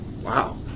wow